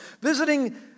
Visiting